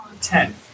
Ten